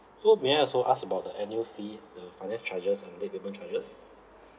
so may I also ask about the annual fee the finance charges and late payment charges